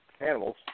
animals